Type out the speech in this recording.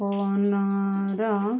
ଫୋନର